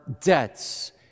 debts